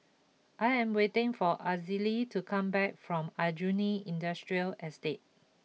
I am waiting for Azalee to come back from Aljunied Industrial Estate